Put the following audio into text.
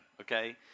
okay